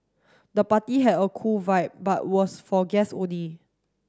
the party had a cool vibe but was for guests only